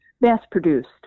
mass-produced